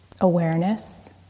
awareness